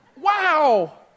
Wow